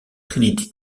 trinity